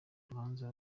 urubanza